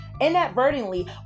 inadvertently